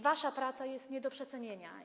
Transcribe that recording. Wasza praca jest nie do przecenienia.